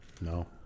No